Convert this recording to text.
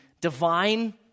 divine